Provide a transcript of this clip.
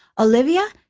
olivia?